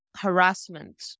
harassment